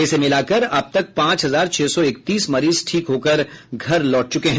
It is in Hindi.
इसे मिलाकर अब तक पांच हजार छह सौ इकतीस मरीज ठीक हो कर घर लौट गए हैं